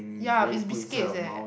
ya it's biscuits leh